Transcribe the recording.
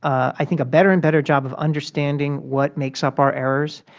i think, a better and better job of understanding what makes up our errors.